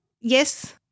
yes –